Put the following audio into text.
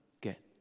get